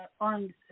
on